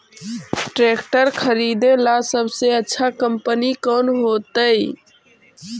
Tractor खरीदेला सबसे अच्छा कंपनी कौन होतई?